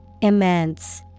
Immense